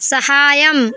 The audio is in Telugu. సహాయం